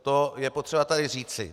To je potřeba tady říci.